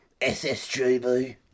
SSGB